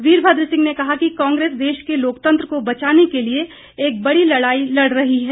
वीरभद्र सिंह ने कहा कि कांग्रेस देश के लोकतंत्र को बचाने के लिए एक बड़ी लड़ाई लड़ रही है